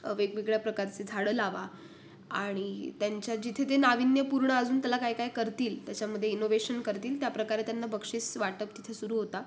वेगवेगळ्या प्रकारचे झाडं लावा आणि त्यांच्या जिथे ते नाविन्यपूर्ण अजून त्याला काय काय करतील त्याच्यामध्ये इनोवेशन करतील त्याप्रकारे त्यांना बक्षीस वाटप तिथे सुरू होता